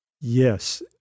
Yes